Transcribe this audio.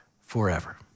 forever